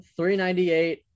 398